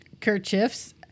kerchiefs